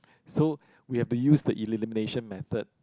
so we have to use the elimination method